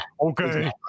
okay